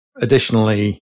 additionally